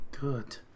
Good